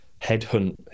headhunt